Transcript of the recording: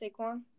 Saquon